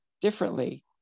differently